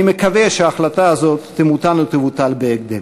אני מקווה שההחלטה הזו תמותן ותבוטל בהקדם.